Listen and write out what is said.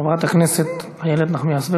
חברת הכנסת איילת נחמיאס ורבין.